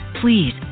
please